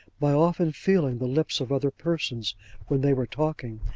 by often feeling the lips of other persons when they were talking,